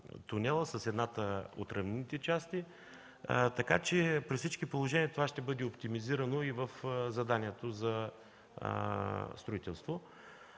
тунела с едната от равнинните части. При всичко положения това ще бъде оптимизирано в заданието за строителство.